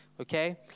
okay